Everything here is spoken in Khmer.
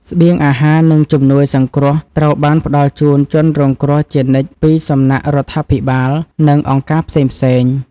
ស្បៀងអាហារ និងជំនួយសង្គ្រោះត្រូវបានផ្តល់ជូនជនរងគ្រោះជានិច្ចពីសំណាក់រដ្ឋាភិបាល និងអង្គការផ្សេងៗ។